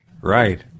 right